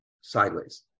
sideways